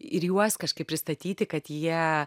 ir juos kažkaip pristatyti kad jie